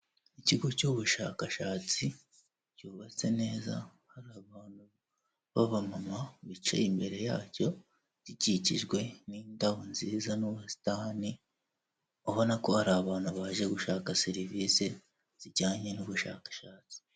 Ikigo cy'ubushakashatsi cyubatse neza hari abantu b'aba mama bicaye imbere yacyo gikikijwe n'indabo nziza n'ubusitani ubona ko hari abantu baje gushaka serivisi zijyanye n'ubushakashatsi.